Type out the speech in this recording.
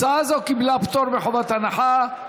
הצעה זו קיבלה פטור מחובת הנחה.